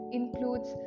includes